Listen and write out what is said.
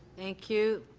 thank you.